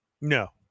No